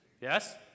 Yes